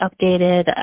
updated